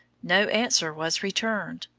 no answer was returned.